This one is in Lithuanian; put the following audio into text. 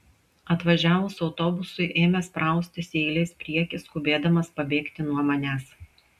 atvažiavus autobusui ėmė spraustis į eilės priekį skubėdamas pabėgti nuo manęs